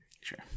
Sure